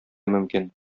мөмкин